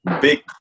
big